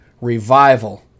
revival